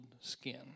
skin